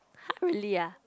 !huh! really ah